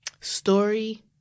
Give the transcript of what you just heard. Story